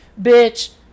Bitch